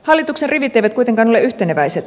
hallituksen rivit eivät kuitenkaan ole yhteneväiset